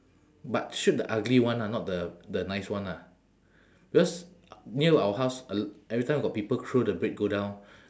but shoot the ugly one ah not the the nice one ah because near our house a l~ every time got people throw the bread go down